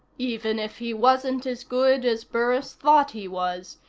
even if he wasn't as good as burris thought he was,